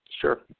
Sure